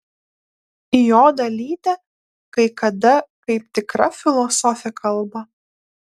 jo dalytė kai kada kaip tikra filosofė kalba